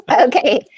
Okay